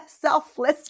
selfless